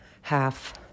half